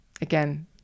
Again